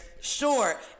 sure